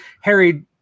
Harry